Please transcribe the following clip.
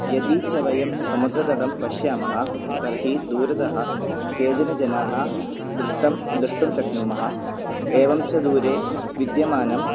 यदि च वयं समुद्रतटं पश्यामः तर्हि दूरतः केचनजनाः दृष्टं द्रष्टुं शक्नुमः एवं दूरे विद्यमानं